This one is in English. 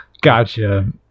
gotcha